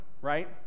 right